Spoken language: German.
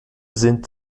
sind